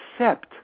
accept